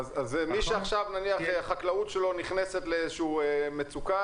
אז מי שעכשיו החקלאות שלו נכנסת למצוקה,